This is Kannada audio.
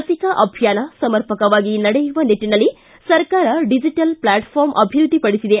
ಲಿಸಿಕಾ ಅಭಿಯಾನ ಸಮರ್ಪಕವಾಗಿ ನಡೆಯುವ ನಿಟ್ಟನಲ್ಲಿ ಸರ್ಕಾರ ಡಿಜಿಟಲ್ ಪ್ಲಾಟ್ಫಾರಂ ಅಭಿವೃದ್ದಿಪಡಿಸಿದೆ